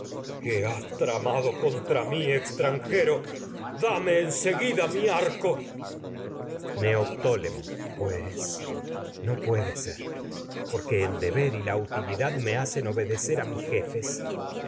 qué has tramado contra mi extranjero dame arco en seguida mi neoptólemo pues no puede ser a porque el deber y la utilidad me hacen obedecer que eres mis jefes